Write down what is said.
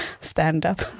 stand-up